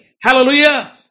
Hallelujah